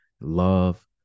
love